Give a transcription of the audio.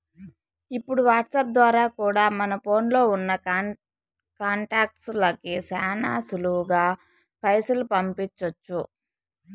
ఇప్పుడు వాట్సాప్ ద్వారా కూడా మన ఫోన్లో ఉన్నా కాంటాక్ట్స్ లకి శానా సులువుగా పైసలు పంపించొచ్చు